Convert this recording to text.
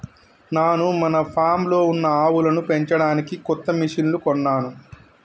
నాను మన ఫామ్లో ఉన్న ఆవులను పెంచడానికి కొత్త మిషిన్లు కొన్నాను